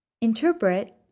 Interpret